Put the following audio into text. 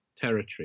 territory